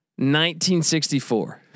1964